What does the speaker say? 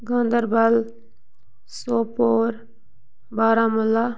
Ganderbal Sopore Baramulla